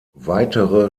weitere